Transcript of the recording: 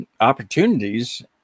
opportunities